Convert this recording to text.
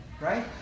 Right